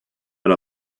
and